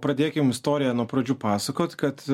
pradėkim istoriją nuo pradžių pasakot kad